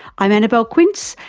i'm annabelle quince,